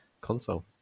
console